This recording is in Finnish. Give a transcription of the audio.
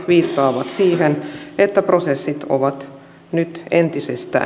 aluksi oli vain raja joosepissa nyt entisestä